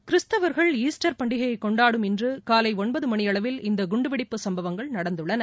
கிறித்துவர்கள் Easter பண்டிகையை கொண்டாடும் இன்று காலை ஒன்பது மணியளவில் இந்த குண்டுவெடிப்பு சம்பவங்கள் நடந்துள்ளன